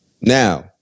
Now